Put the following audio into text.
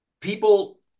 people